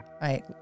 Right